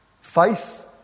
Faith